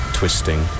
twisting